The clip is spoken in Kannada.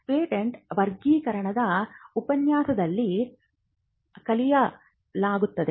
ಪೇಟೆಂಟ್ ವರ್ಗೀಕರಣ ಉಪನ್ಯಾಸದಲ್ಲಿ ಕಲಿಯಲಾಗುತ್ತದೆ